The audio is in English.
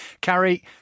Carrie